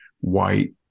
white